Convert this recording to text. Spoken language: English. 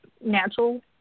natural